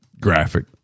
graphic